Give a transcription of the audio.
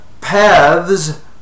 paths